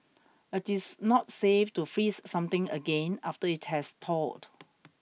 It is not safe to freeze something again after it has thawed